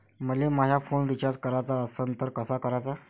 मले माया phone recharge कराचा असन तर कसा कराचा?